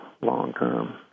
long-term